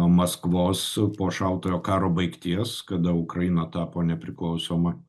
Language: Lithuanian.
maskvos po šaltojo karo baigties kada ukraina tapo nepriklausoma